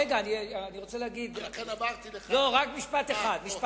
רגע, משפט אחד.